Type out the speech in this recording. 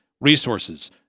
resources